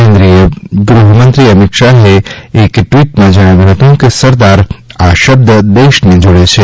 કેન્દ્રીય ગૃફમંત્રી અમીત શાહે ટ્વીટમાં જણાવ્યું હતું કે સરદાર આ શબ્દ દેશને જોડે છે